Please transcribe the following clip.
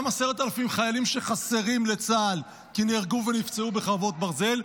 גם 10,000 חיילים שחסרים לצה"ל במקום אלה שנהרגו ונפצעו בחרבות ברזל,